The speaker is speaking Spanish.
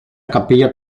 capilla